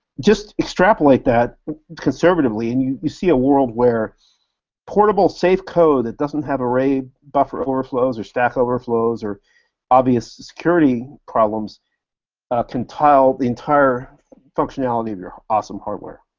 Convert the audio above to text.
just extrapolate that conservatively, and you you see a world where portable safe code that doesn't have array buffer overflows or staff overflows or obvious security problems can the entire functionality of your awesome hardware.